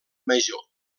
major